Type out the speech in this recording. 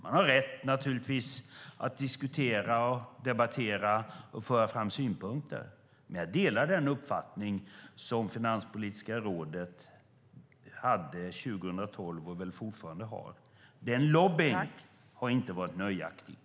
Man har naturligtvis rätt att diskutera, debattera och föra fram synpunkter, men jag delar den uppfattning som Finanspolitiska rådet hade 2012 och väl fortfarande har. Den lobbningen har inte varit nöjaktig.